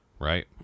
Right